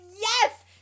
yes